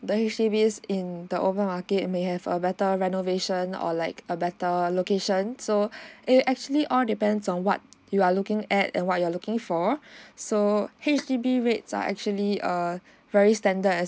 the H_D_B in the open market may have a better renovation or like a better locations so it actually all depends on what you are looking at and what you're looking for so H_D_B rates are actually err very standard as